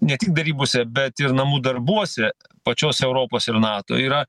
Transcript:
ne tik derybose bet ir namų darbuose pačios europos ir nato yra